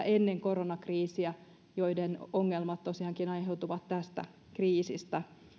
ennen koronakriisiä kannattaneita yrityksiä joiden ongelmat tosiaankin aiheutuvat tästä kriisistä